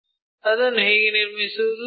ಅದನ್ನು ಹೇಗೆ ನಿರ್ಮಿಸುವುದು